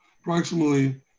approximately